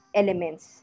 elements